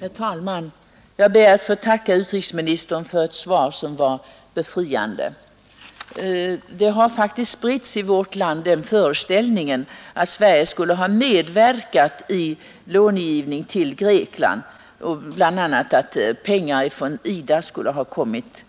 Herr talman! Jag ber att få tacka utrikesministern för ett svar som var befriande. Det har faktiskt i vårt land spritts den föreställningen att Sverige skulle ha medverkat i långivning till Grekland och att bl.a. pengar från IDA på det viset skulle ha kommit